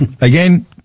again